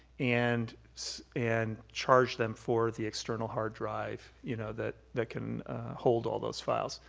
and and charge them for the external hard drive, you know, that that can hold all those files.